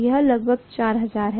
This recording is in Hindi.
यह लगभग 4000 है